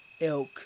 elk